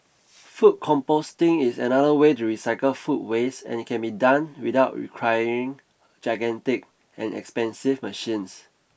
food composting is another way to recycle food waste and it can be done without requiring gigantic and expensive machines